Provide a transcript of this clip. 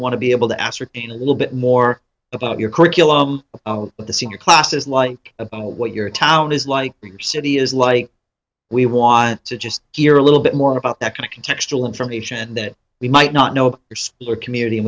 want to be able to ascertain a little bit more about your curriculum at the senior classes like about what your town is like your city is like we want to just hear a little bit more about that kind of contextual information that we might not know there's your community and